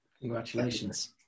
Congratulations